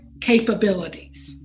capabilities